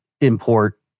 import